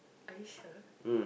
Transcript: are you sure